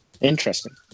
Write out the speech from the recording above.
Interesting